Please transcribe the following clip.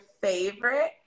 favorite